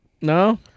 No